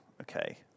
okay